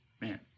Man